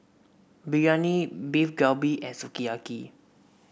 Biryani Beef Galbi and Sukiyaki